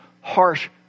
harsh